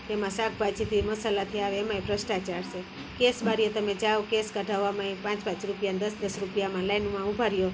તેમાં શાકભાજીથી મસાલાથી આવે એમાંય ભ્રષ્ટાચાર છે કેસ બારીએ તમે જાઓ કેસ કઢાવવામાંય એ પાંચ પાંચ રૂપિયાને દસ દસ રૂપિયામાં લાઇનમાં ઊભા રહો